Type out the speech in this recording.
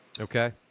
Okay